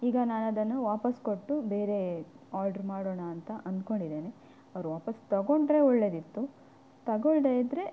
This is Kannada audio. ಈಗ ನಾನು ಅದನ್ನು ವಾಪಸ್ ಕೊಟ್ಟು ಬೇರೆ ಆರ್ಡ್ರ್ ಮಾಡೋಣ ಅಂತ ಅನ್ಕೊಂಡಿದ್ದೇನೆ ಅವ್ರು ವಾಪಸ್ ತಗೊಂಡರೆ ಒಳ್ಳೆಯದಿತ್ತು ತಗೊಳ್ಳದೇ ಇದ್ದರೆ